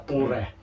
Pure